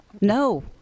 No